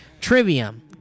trivium